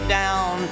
down